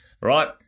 right